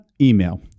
email